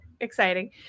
exciting